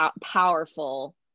powerful